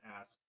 ask